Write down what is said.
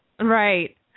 Right